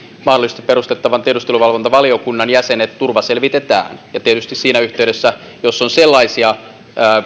mahdollisesti perustettavan tiedusteluvalvontavaliokunnan jäsenet turvaselvitetään tietysti siinä yhteydessä jos on sellaisia